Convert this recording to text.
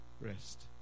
Rest